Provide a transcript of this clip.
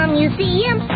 museum